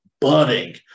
budding